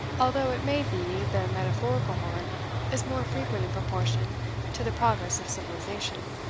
although, it may be, the metaphorical horn is more frequent in proportion to the progress of civilisation.